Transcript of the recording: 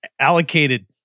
allocated